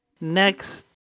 next